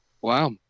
Wow